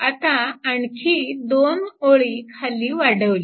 आता आणखी दोन ओळी खाली वाढवल्या